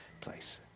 place